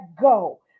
go